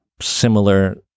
similar